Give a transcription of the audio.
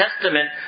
testament